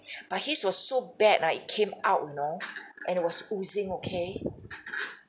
but his was so bad ah it came out you know and it was oozing okay